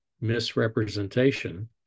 misrepresentation